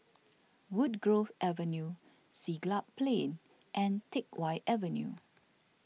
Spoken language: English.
Woodgrove Avenue Siglap Plain and Teck Whye Avenue